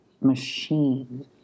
machine